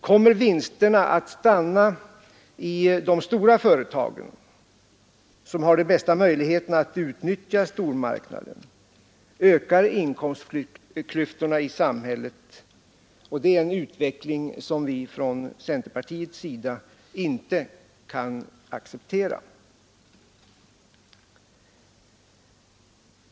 Kommer vinsterna att stanna i de stora företagen, som har de bästa möjligheterna att utnyttja stormarknaden, ar inkomstklyftorna i samhället. Det är en utveckling som vi från centerpartiet inte kan acceptera.